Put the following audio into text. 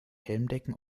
helmdecken